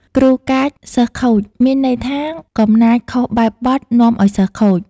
គ្រូកាច សិស្សខូច មានន័យថា កំណាចខុសបែបបទនាំឲ្យសិស្សខូច ។